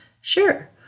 Sure